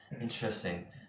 interesting